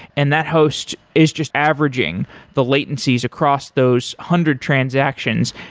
and that host is just averaging the latencies across those hundred transactions,